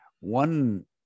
one